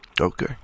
Okay